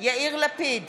יאיר לפיד,